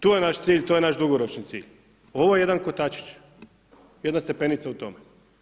Tu je naš cilj i to je naš dugoročni cilj, ovo je jedan kotačić, jedna stepenica u tome.